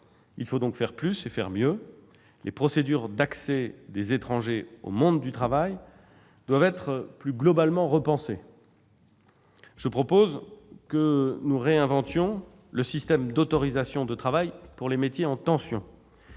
Il faut donc faire plus et mieux. Les procédures d'accès des étrangers au monde du travail doivent être plus globalement repensées. Je propose que nous réinventions le système d'autorisation de travail pour les métiers en tension.